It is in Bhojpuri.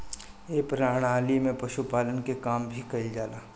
ए प्रणाली में पशुपालन के काम भी कईल जाला